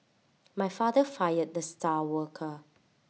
my father fired the star worker